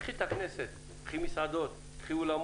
קחי את הכנסת, קחי מסעדות, קחי אולמות